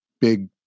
big